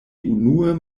unue